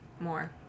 more